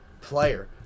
player